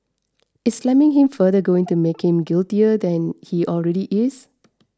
is slamming him further going to make him guiltier than he already is